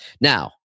Now